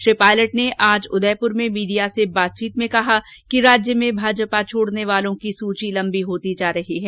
श्री पायलट ने आज उदयपुर में मीडिया से बातचीत में कहा कि राज्य में भाजपा छोड़ने वालों की सूची लम्बी होती जा रही है